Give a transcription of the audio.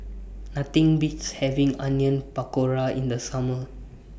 Nothing Beats having Onion Pakora in The Summer